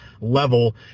level